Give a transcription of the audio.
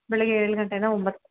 ಬೆಳಿಗ್ಗೆ ಏಳು ಗಂಟೆಯಿಂದ ಒಂಬತ್ತು